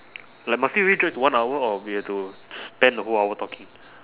like must we really drag to one hour or we have to spend the whole hour talking